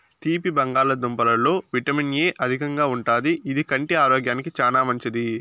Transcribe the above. తీపి బంగాళదుంపలలో vitamin A అధికంగా ఉంటాది, ఇది కంటి ఆరోగ్యానికి చానా మంచిది